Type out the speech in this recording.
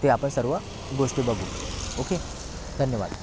ते आपण सर्व गोष्टी बघू ओके धन्यवाद